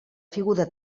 figura